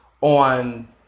on